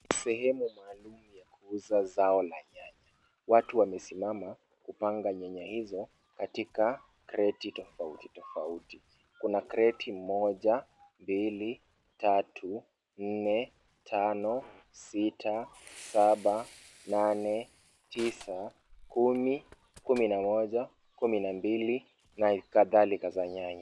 Sehemu maalum la kuuza zao la nyanya. Watu wamesimama kupanga nyanya hizo katika kreti tofauti tofauti. Kuna kreti moja mbili, tatu, nne, tano, sita, saba, nane, tisa, kumi, kumi na moja, kumi na mbili na kadhalika za nyanya.